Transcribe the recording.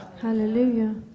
hallelujah